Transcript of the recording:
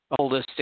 holistic